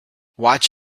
watch